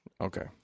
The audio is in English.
Okay